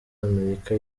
amerika